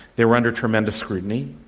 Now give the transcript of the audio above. they were under tremendous scrutiny.